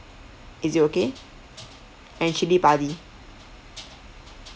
is it okay and chilli padi